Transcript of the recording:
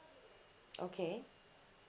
okay